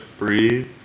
breathe